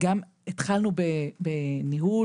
גם התחלנו בניהול,